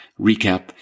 recap